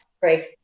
great